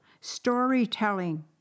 storytelling